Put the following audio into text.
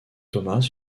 thomas